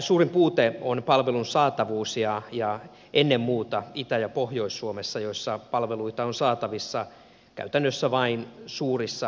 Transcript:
suurin puute on palvelun saatavuus ennen muuta itä ja pohjois suomessa joissa palveluita on saatavissa käytännössä vain suurissa asutuskeskuksissa